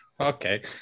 okay